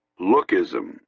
Lookism